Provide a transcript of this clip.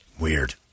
Weird